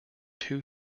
two